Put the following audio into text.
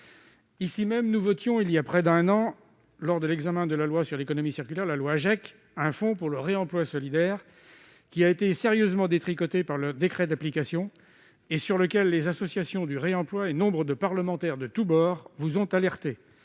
Ici même, nous votions, il y a près d'un an, lors de l'examen de la loi relative à la lutte contre le gaspillage et à l'économie circulaire, dite loi GEC, un fonds pour le réemploi solidaire, qui a été sérieusement détricoté par le décret d'application et sur lequel les associations du réemploi et nombre de parlementaires de tous bords vous ont alerté.